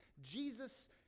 Jesus